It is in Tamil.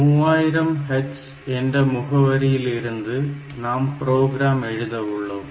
3000 h என்ற முகவரியில் இருந்து நாம் ப்ரோக்ராம் எழுத உள்ளோம்